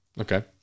Okay